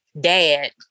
dad